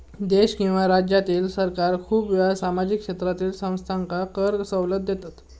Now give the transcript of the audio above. देश किंवा राज्यातील सरकार खूप वेळा सामाजिक क्षेत्रातील संस्थांका कर सवलत देतत